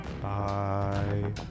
Bye